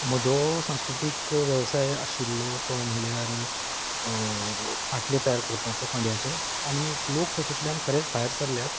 म्हजो संस्कृतीक वेवसाय आशिल्लो तो म्हणल्यार पांटले तयार करपाक कोंड्याचे आनी लोक तातूंतल्यान खरेंच भायर सरल्यात